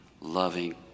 loving